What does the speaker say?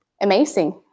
amazing